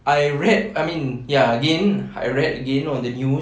I read I mean ya again I read again on the news